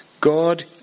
God